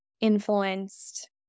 influenced